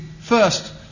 first